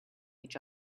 each